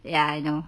ya I know